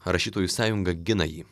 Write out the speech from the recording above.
rašytojų sąjunga gina jį